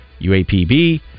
UAPB